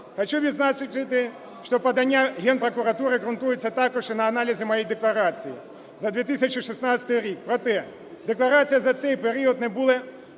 хочу відзначити, що подання Генпрокуратури ґрунтується також і на аналізі моєї декларації за 2016 рік, проте декларація за цей період не була